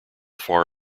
far